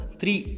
three